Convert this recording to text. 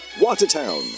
Watertown